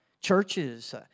Churches